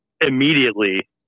immediately